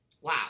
wow